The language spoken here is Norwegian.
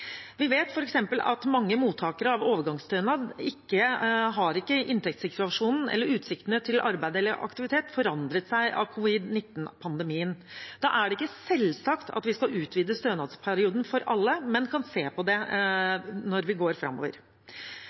Vi vet f.eks. at for mange mottakere av overgangsstønader har ikke inntektssituasjonen eller utsiktene til arbeid eller aktivitet forandret seg av covid-19-pandemien. Da er det ikke selvsagt at vi skal utvide stønadsperioden for alle, men kan se på det når vi går framover.